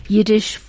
Yiddish